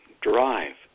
drive